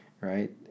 right